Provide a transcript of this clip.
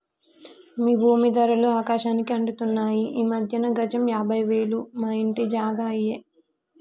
భూమీ ధరలు ఆకాశానికి అంటుతున్నాయి ఈ మధ్యన గజం యాభై వేలు మా ఇంటి జాగా అయ్యే